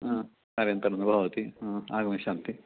कार्यान्तरं न भवति आगमिष्यन्ति